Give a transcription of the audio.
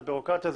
זאת בירוקרטיה,